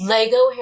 Lego